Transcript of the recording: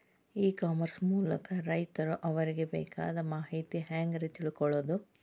E commerce ಮೂಲಕ ರೈತರು ಅವರಿಗೆ ಬೇಕಾದ ಮಾಹಿತಿ ಹ್ಯಾಂಗ ರೇ ತಿಳ್ಕೊಳೋದು?